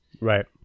Right